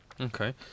Okay